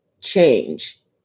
change